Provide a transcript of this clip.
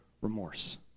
remorse